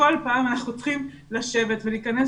וכל פעם אנחנו צריכים לשבת ולהיכנס